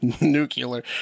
Nuclear